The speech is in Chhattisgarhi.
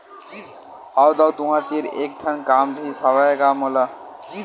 हव दाऊ तुँहर तीर एक ठन काम रिहिस हवय गा मोला